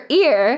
ear